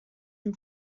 him